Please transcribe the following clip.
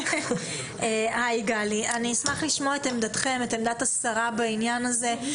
אני אשמח לשמוע את עמדתכם ואת עמדת השרה בעניין הזה.